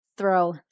Throw